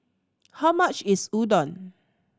how much is Udon